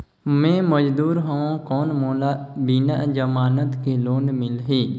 मे मजदूर हवं कौन मोला बिना जमानत के लोन मिलही?